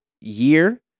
year